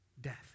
death